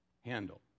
handle